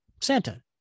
Santa